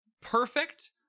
perfect